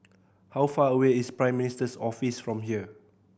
how far away is Prime Minister Office from here